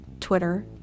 Twitter